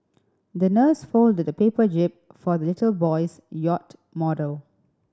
the nurse folded a paper jib for the little boy's yacht model